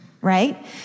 right